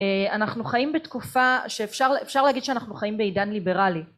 אנחנו חיים בתקופה, שאפשר, אפשר להגיד שאנחנו חיים בעידן ליברלי